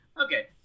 Okay